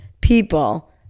people